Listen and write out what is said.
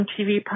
TV